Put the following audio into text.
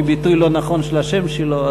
מביטוי לא נכון של השם שלו,